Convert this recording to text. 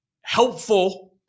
helpful